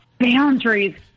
Boundaries